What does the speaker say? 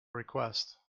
request